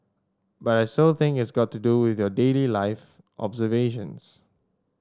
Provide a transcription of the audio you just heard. but I still think it's got to do with your daily life observations